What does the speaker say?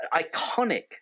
iconic